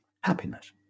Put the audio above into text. Happiness